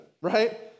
right